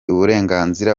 uburenganzira